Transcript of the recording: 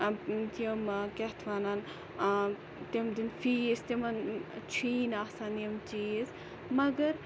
یِم کیاہ اتھ وَنان تِم دِن فیٖس تِمَن چھُیی نہٕ آسان یِم چیٖز مَگَر